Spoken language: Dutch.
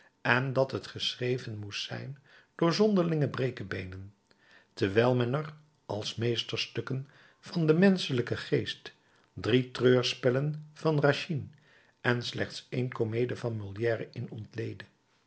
en dat het geschreven moest zijn door zonderlinge brekebeenen wijl men er als meesterstukken van den menschelijken geest drie treurspelen van racine en slechts één comedie van molière in ontleedde